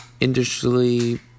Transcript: industrially